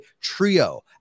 trio